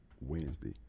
Wednesday